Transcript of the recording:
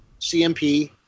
CMP